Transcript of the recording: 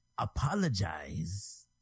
Apologize